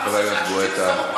חבר הכנסת גואטה.